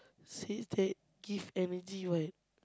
give energy [what]